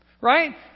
Right